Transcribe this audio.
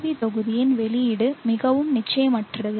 we தொகுதியின் வெளியீடு மிகவும் நிச்சயமற்றது